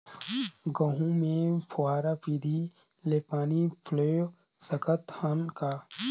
गहूं मे फव्वारा विधि ले पानी पलोय सकत हन का?